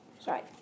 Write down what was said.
Sorry